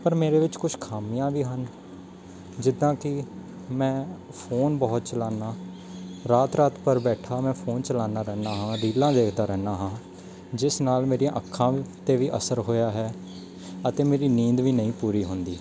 ਪਰ ਮੇਰੇ ਵਿੱਚ ਕੁਛ ਖਾਮੀਆਂ ਵੀ ਹਨ ਜਿੱਦਾਂ ਕਿ ਮੈਂ ਫੋਨ ਬਹੁਤ ਚਲਾਉਂਦਾ ਰਾਤ ਰਾਤ ਭਰ ਬੈਠਾ ਮੈਂ ਫੋਨ ਚਲਾਉਂਦਾ ਰਹਿੰਦਾ ਹਾਂ ਰੀਲਾਂ ਦੇਖਦਾ ਰਹਿੰਦਾ ਹਾਂ ਜਿਸ ਨਾਲ ਮੇਰੀਆਂ ਅੱਖਾਂ 'ਤੇ ਵੀ ਅਸਰ ਹੋਇਆ ਹੈ ਅਤੇ ਮੇਰੀ ਨੀਂਦ ਵੀ ਨਹੀਂ ਪੂਰੀ ਹੁੰਦੀ